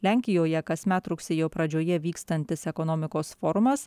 lenkijoje kasmet rugsėjo pradžioje vykstantis ekonomikos forumas